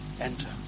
enter